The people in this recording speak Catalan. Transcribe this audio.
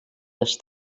les